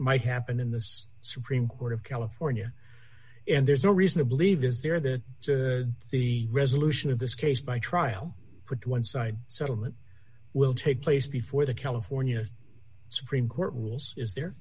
might happen in this supreme court of california and there's no reason to believe is there that the resolution of this case by trial put to one side settlement will take place before the california supreme court rules is there